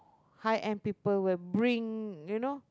high end people will bring you know